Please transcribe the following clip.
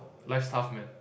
life's tough [man]